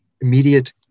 immediate